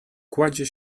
kładzie